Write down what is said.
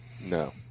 No